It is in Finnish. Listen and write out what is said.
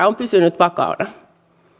on pysynyt vakaana